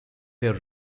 their